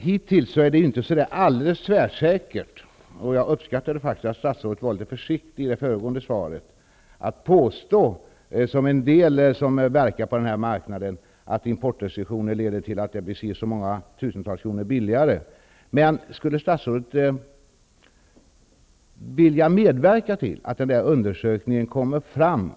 Hittills är det inte helt tvärsäkert -- jag uppskattar att statsrådet valde att vara försiktig i föregående svar -- att, som en del påstår som verkar på den här marknaden, importrestriktioner leder till att det blir si eller så många tusentals kronor billigare. Så till min fråga: Skulle statsrådet vilja medverka till att nämnda undersökning fort kommer fram?